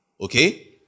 Okay